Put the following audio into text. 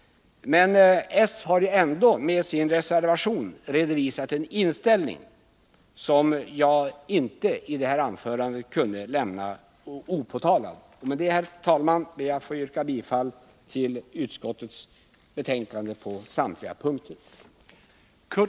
Men socialdemokraterna har ändå med sin reservation redovisat en inställning som jag inte i det här anförandet kunde lämna opåtalad. Med detta, herr talman, ber jag att få yrka bifall till utskottets hemställan på alla punkter.